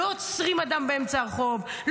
לא עוצרים אדם באמצע הרחוב.